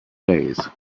days